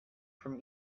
from